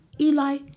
Eli